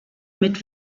mit